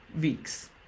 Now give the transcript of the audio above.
weeks